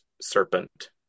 serpent